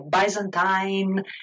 Byzantine